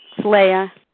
Leah